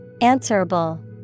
Answerable